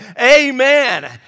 amen